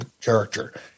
character